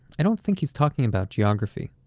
i don't think he's talking about geography.